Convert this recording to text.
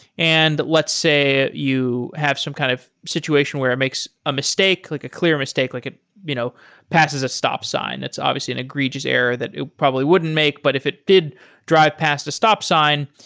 and let's say you have some kind of situation where it makes a mistake, like a clear mistake, like ah you know passes a stop sign. it's obviously an egregious error that you probably wouldn't make. but if it did drive past the stop sign,